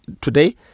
today